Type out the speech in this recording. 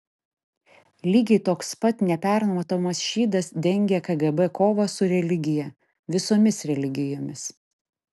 lygiai toks pat nepermatomas šydas dengia kgb kovą su religija visomis religijomis